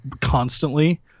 constantly